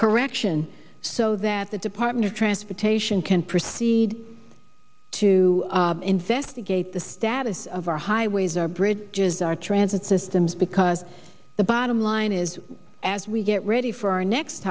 correction so that the department of transportation can proceed to investigate the status of our highways our bridges our transit systems because the bottom line is as we get ready for our next